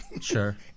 Sure